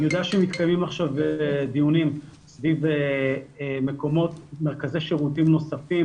אני יודע שמתקיימים עכשיו דיונים סביב מרכזי שירותים נוספים.